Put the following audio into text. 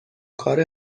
کار